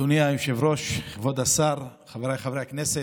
אדוני היושב-ראש, כבוד השר, חבריי חברי הכנסת,